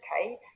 okay